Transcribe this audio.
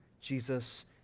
Jesus